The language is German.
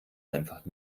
einfach